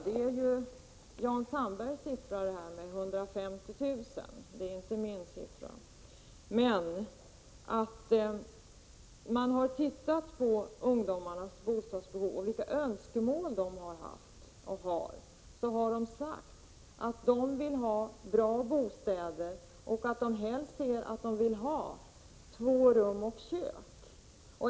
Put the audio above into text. Jan Sandberg nämnde antalet 150 000 — det är inte min sifferuppgift. Man har undersökt vilka behov och önskemål som ungdomarna själva har, och det har då kommit fram att de vill ha bra bostäder, helst två rum och kök.